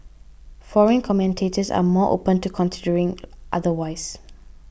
foreign commentators are more open to considering otherwise